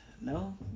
No